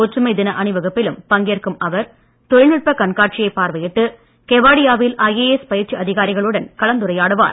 ஒற்றுமை தின அணிவகுப்பிலும் பங்கேற்கும் அவர் தொழில்நுட்ப கண்காட்சியை பார்வையிட்டு கெவாடியாவில் ஐஏஎஸ் பயிற்சி அதிகாரிகளுடன் கலந்துரையாடுவார்